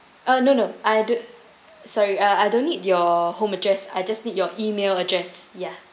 oh no no I do sorry uh I don't need your home address I just need your email address ya